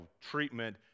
treatment